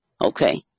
okay